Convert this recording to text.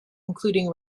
including